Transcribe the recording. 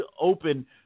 open